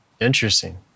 Interesting